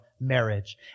marriage